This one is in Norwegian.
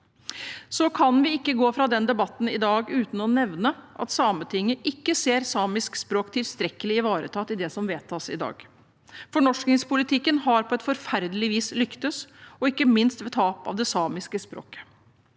Vi kan ikke gå fra denne debatten i dag uten å nevne at Sametinget ikke ser samisk språk som tilstrekkelig ivaretatt i det som vedtas i dag. Fornorskingspolitikken har på et forferdelig vis lyktes, ikke minst ved tap av det samiske språket.